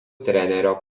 trenerio